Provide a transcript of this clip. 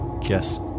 guess